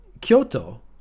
Kyoto